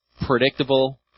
Predictable